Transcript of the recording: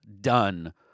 done